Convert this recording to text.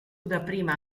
dapprima